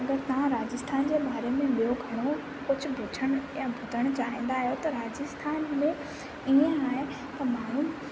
अगरि तव्हां राजस्थान जे बारे में ॿियो घणो ई कुझु पुछण ऐं ॿुधणु चाहींदा आहियो त राजस्थान में ईअं आहे त माण्हूं